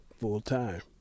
full-time